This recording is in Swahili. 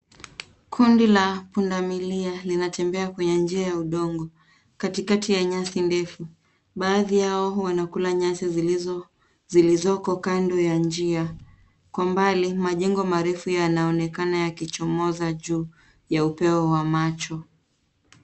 Kundi la pundamilia linatembea kwenye njia ya udongo, katikati ya nyasi ndefu. Baadhi yao wanakula nyasi zilizoko kando ya njia. Kwa mbali, majengo marefu yanaonekana yakichomoza juu ya upeo wa macho.